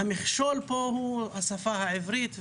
המכשול פה הוא השפה העברית,